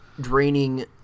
draining